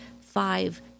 five